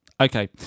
Okay